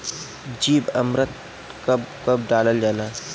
जीवामृत कब कब डालल जाला?